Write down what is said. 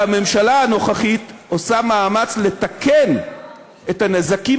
והממשלה הנוכחית עושה מאמץ לתקן את הנזקים